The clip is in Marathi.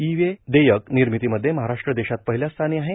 ई वे देयक निर्मितीमध्ये महाराष्ट्र देशात पहिल्या स्थानी आहे